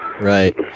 Right